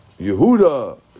Yehuda